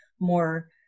more